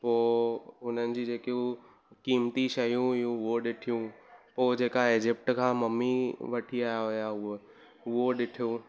पोइ उन्हनि जी जेकियूं कीमती शयूं हुयूं उहो ॾिठियूं पोइ जेका इजिप्ट खां ममी वठी आया हुआ हुअ उहो ॾिठियूं